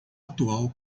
atual